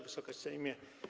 Wysoki Sejmie!